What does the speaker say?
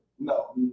No